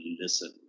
listen